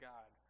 God